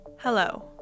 Hello